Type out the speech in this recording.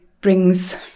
brings